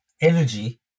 energy